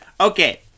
okay